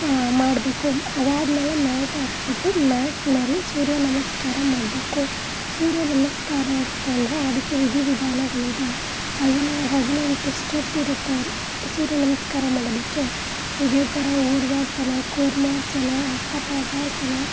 ಮಾ ಮಾಡಬೇಕು ಅದಾದಮೇಲೆ ಮ್ಯಾಟ್ ಹಾಕ್ಬಿಟ್ಟು ಮ್ಯಾಟ್ ಮೇಲೆ ಸೂರ್ಯ ನಮಸ್ಕಾರ ಮಾಡಬೇಕು ಸೂರ್ಯ ನಮಸ್ಕಾರ ಅಂತಂದರೆ ಅದಕ್ಕೆ ವಿಧಿ ವಿಧಾನಗಳಿದೆ ಹದಿನಾರು ಹದಿನೆಂಟು ಸ್ಟೆಪ್ಪಿರುತ್ತೆ ಸೂರ್ಯ ನಮಸ್ಕಾರ ಮಾಡೋದಕ್ಕೆ ಇದೇ ಥರ ಊರ್ವಾಸನ ಕೂರ್ಮಾಸನ ಹಸ್ತಪಾದಾಸನ